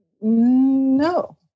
no